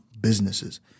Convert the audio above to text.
businesses